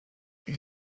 این